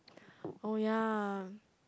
oh ya